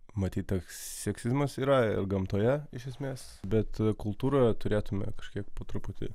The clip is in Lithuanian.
matyt seksizmas yra ir gamtoje iš esmes bet kultūrą turėtume kažkiek po truputį